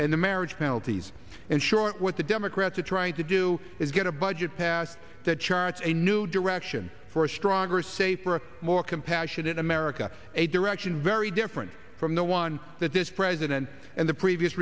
and the marriage penalties and short what the democrats are trying to do is get a budget passed that chart a new direction for a stronger safer more compassionate america a direction very different from the one that this president and the previous